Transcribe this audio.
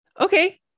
okay